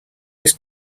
was